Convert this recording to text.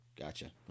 Gotcha